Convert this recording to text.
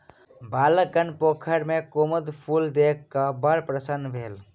बालकगण पोखैर में कुमुद फूल देख क बड़ प्रसन्न भेल